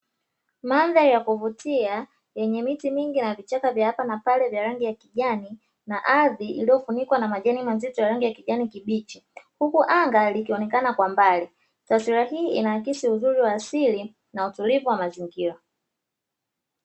Madhari ya kuvutia yenye miti mingi, na vichaka vya hapana pale rangi ya kijani na ardhi iliyofunikwa na majani mazito ya rangi ya kijani kibichi, huku anga likionekana kwa mbali. Taswira hii inaakisi uzuri wa asili na utulivu wa mazingira.